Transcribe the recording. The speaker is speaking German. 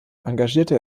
engagierte